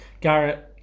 Garrett